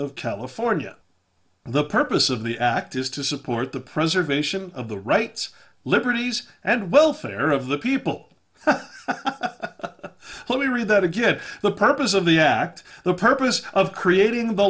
of california and the purpose of the act is to support the preservation of the rights liberties and welfare of the people let me read that again the purpose of the act the purpose of creating the